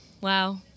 Wow